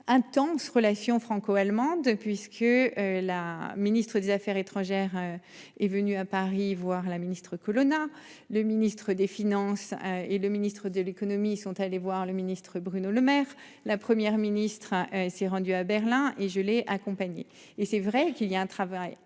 Intense relation franco-allemande puisque la ministre des Affaires étrangères. Est venu à Paris voir la Ministre Colonna. Le ministre des finances et le ministre de l'Économie, sont allés voir le ministre Bruno Lemaire. La Première ministre hein s'est rendu à Berlin et je l'ai accompagnée et c'est vrai qu'il y a un travail intense.